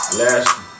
last